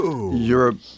Europe